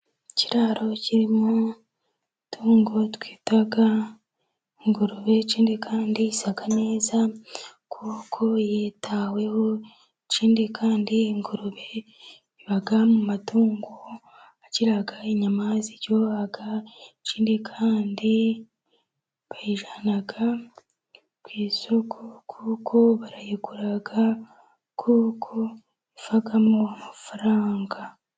Ikiraro kirimo itungo twita ingurube, ikindi kandi isa neza kuko yitaweho, ikindi kandi ingurube iba mu matungo agira inyama ziryoha, ikindi kandi bayijyana ku isoko kuko barayigura, kuko ivamo amafaranga.